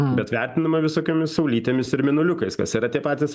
bet vertinama visokiomis saulytėmis ir mėnuliukais kas yra tie patys